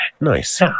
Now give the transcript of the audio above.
Nice